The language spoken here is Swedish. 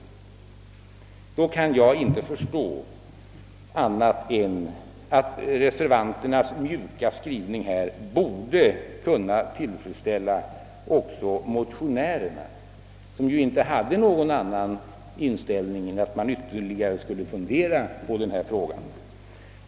Jag kan därför inte förstå annat än att reservanternas mjuka skrivning på denna punkt borde kunna tillfredsställa även de motionärer, som ju bara har den inställningen att man ytterligare skulle fundera på denna fråga.